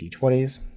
d20s